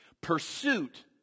Pursuit